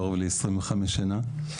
קרוב ל-25 שנה,